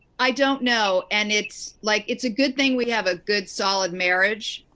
i don't know. and it's, like it's a good thing we have a good, solid marriage.